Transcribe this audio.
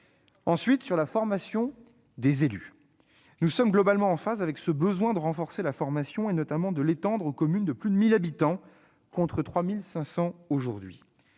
Ensuite, sur la formation des élus, nous sommes globalement en phase avec ce besoin de renforcer la formation, et notamment de l'étendre aux communes de plus de 1 000 habitants, contre 3 500 aujourd'hui.